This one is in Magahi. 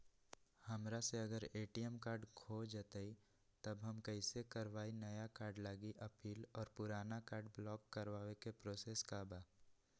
हमरा से अगर ए.टी.एम कार्ड खो जतई तब हम कईसे करवाई नया कार्ड लागी अपील और पुराना कार्ड ब्लॉक करावे के प्रोसेस का बा?